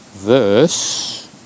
verse